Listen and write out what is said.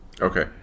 Okay